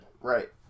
Right